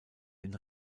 den